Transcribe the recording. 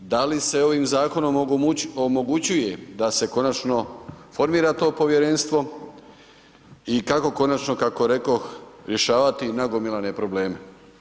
Da li se ovim zakonom omogućuje da se konačno formira to povjerenstvo i kako konačno, kako rekoh, rješavati nagomilane probleme?